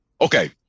Okay